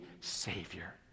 savior